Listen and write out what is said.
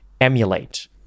emulate